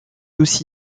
aussi